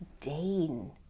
Dane